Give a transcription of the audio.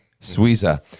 suiza